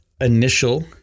initial